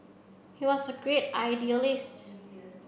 he was a great idealist